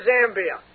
Zambia